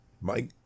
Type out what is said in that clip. Mike